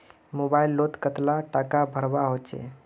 Mobile लोत कतला टाका भरवा होचे?